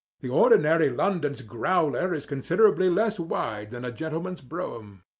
the ordinary london growler is considerably less wide than a gentleman's brougham.